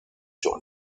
sur